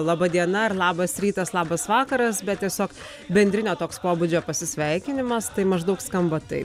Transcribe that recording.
laba diena ar labas rytas labas vakaras bet tiesiog bendrinio pobūdžio pasisveikinimas tai maždaug skamba taip